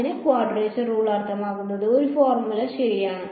അതിനാൽ quadrature rule അർത്ഥമാക്കുന്നത് ഒരു ഫോർമുല ശരിയാണ്